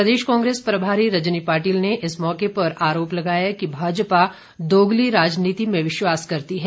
प्रदेश कांग्रेस प्रभारी रजनी पाटिल ने इस मौके पर आरोप लगाया कि भाजपा दोगली राजनीति में विश्वास करती है